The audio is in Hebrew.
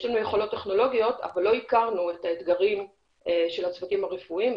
יש לנו יכולות טכנולוגיות אבל לא הכרנו את האתגרים של הצוותים הרפואיים,